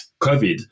COVID